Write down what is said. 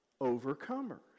overcomers